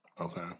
Okay